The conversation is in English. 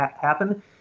happen